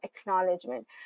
acknowledgement